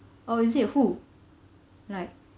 oh is it who like